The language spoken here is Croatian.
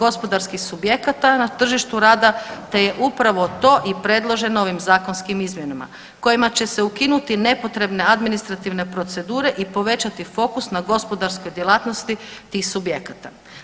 gospodarskih subjekata na tržištu rada te je upravo to i predloženo ovim zakonskim izmjenama kojima će se ukinuti nepotrebne administrativne procedure i povećati fokus na gospodarske djelatnosti tih subjekata.